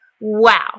Wow